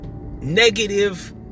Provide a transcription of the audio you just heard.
negative